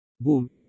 Boom